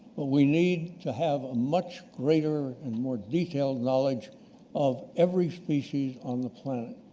but we need to have a much greater and more detailed knowledge of every species on the planet.